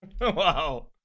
Wow